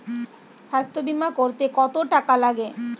স্বাস্থ্যবীমা করতে কত টাকা লাগে?